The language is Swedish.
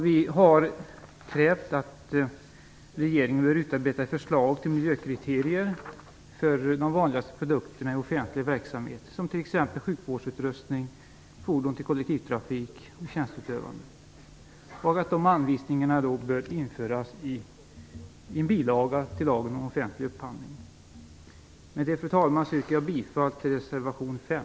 Vi har krävt att regeringen skall utarbeta ett förslag till miljökriterier för de vanligaste produkterna i offentlig verksamhet, t.ex. sjukvårdsutrustning och fordon för kollektivtrafik och tjänsteutövande. Dessa anvisningar bör införas i en bilaga till lagen om offentlig upphandling. Fru talman! Med det yrkar jag bifall till reservation 5.